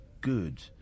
good